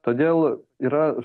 todėl yra